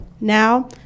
now